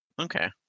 Okay